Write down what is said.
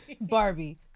Barbie